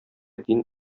дин